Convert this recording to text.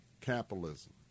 Capitalism